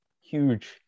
huge